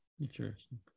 interesting